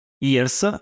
years